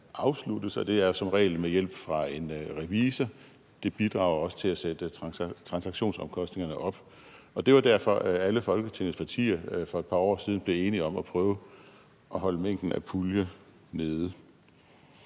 afsluttes, og det er som regel med hjælp fra en revisor, hvilket også bidrager til at sætte transaktionsomkostningerne op. Det var derfor, alle Folketingets partier for et par år siden blev enige om at prøve at holde mængden af puljer nede.